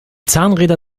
zahnräder